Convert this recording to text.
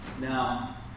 Now